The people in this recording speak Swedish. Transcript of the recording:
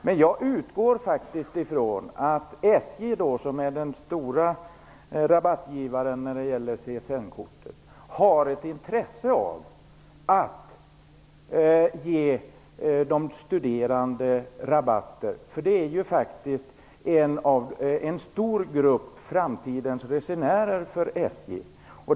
Men jag utgår faktiskt ifrån att kortet, har ett intresse av att ge de studerande rabatter, för de utgör ju en stor grupp av framtidens resenärer för SJ.